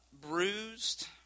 bruised